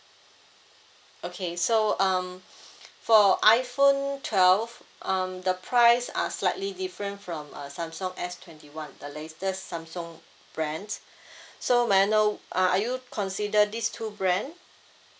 okay so um for iphone twelve um the price are slightly different from uh samsung S twenty one the latest samsung brand so may I know uh are you consider these two brand